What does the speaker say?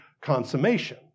consummation